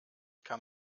kann